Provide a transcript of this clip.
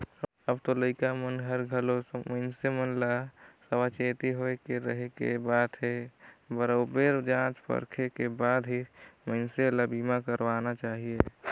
अब तो लइका मन हर घलो मइनसे मन ल सावाचेती होय के रहें के बात हे बरोबर जॉचे परखे के बाद ही मइनसे ल बीमा करवाना चाहिये